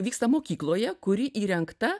vyksta mokykloje kuri įrengta